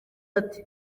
ati